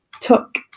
took